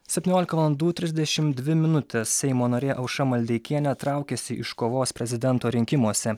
septyniolika valandų trisdešimt dvi minutės seimo narė aušra maldeikienė traukiasi iš kovos prezidento rinkimuose